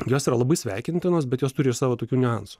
jos yra labai sveikintinos bet jos turi ir savo tokių niuansų